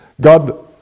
God